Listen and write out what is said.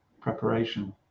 preparation